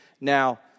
now